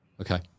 Okay